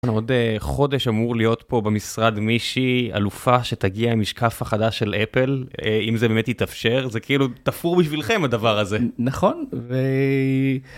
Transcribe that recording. בעוד חודש אמור להיות פה במשרד מישהי אלופה שתגיע עם משקף החדש של אפל אם זה באמת יתאפשר זה כאילו תפור בשבילכם הדבר הזה, נכון.